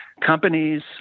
Companies